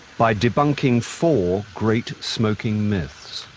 by debunking four great smoking myths.